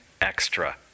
extra